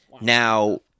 Now